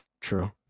True